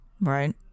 Right